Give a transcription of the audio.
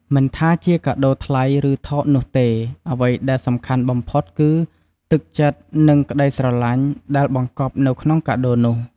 មិនថាជាកាដូថ្លៃ ឬថោកនោះទេ អ្វីដែលសំខាន់បំផុតគឺ ទឹកចិត្ត និងក្ដីស្រឡាញ់ ដែលបង្កប់នៅក្នុងកាដូនោះ។